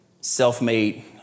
self-made